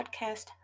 podcast